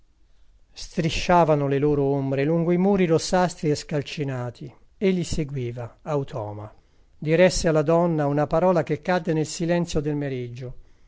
corteo strisciavano le loro ombre lungo i muri rossastri e scalcinati egli seguiva autòma diresse alla donna una parola che cadde nel silenzio del meriggio